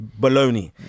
baloney